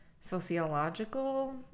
sociological